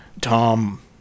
Tom